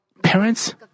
Parents